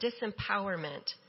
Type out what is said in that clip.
disempowerment